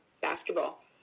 basketball